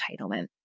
entitlement